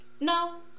No